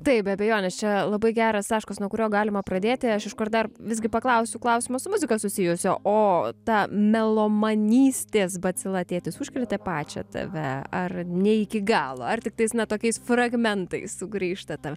tai be abejonės čia labai geras taškas nuo kurio galima pradėti aš aišku ir dar visgi paklausiu klausimo su muzika susijusio o ta melomanystės bacila tėtis užkrėtė pačią tave ar ne iki galo ar tiktais na tokiais fragmentais sugrįžta ta